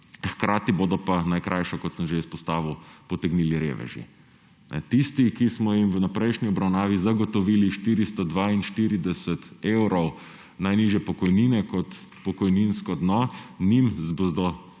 hkrati bodo pa najkrajšo, kot sem že izpostavil, potegnili reveži. Tistim, ki smo jim na prejšnji obravnavi zagotovili 442 evrov najnižje pokojnine kot pokojninsko dno, bodo